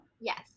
Yes